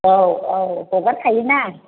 औ औ हगारखायो ना